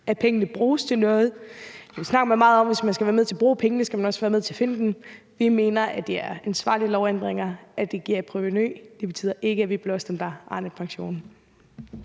at pengene bruges til noget, snakker vi meget om, at hvis man skal være med til at bruge pengene, skal man også være med til at finde dem. Vi mener, at det er ansvarlige lovændringer, og at det giver et provenu. Det betyder ikke, at vi blåstempler Arnepensionen.